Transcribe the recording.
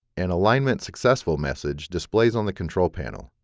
an alignment successful message displays on the control panel.